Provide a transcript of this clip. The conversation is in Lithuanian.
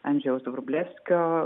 andriaus vrublevskio